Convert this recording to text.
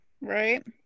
Right